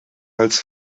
als